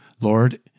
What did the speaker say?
Lord